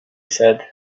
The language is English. said